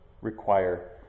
require